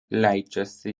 leidžiasi